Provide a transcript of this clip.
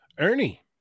Ernie